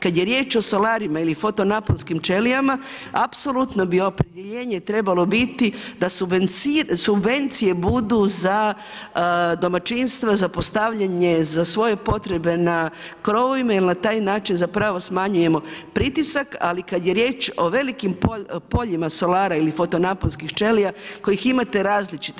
Kad je riječ o solarijima ili fotonaposnskim ćelijama, apsolutno bi opredjeljenje trebalo biti da subvencije budu za domaćinstvo, za postavljanje, za svoje potrebe na krovovima, jer na taj način zapravo smanjujemo pritisak, ali kada je riječ o velikim poljima solarna ili foto naponskih ćelija, kojih imate različitih.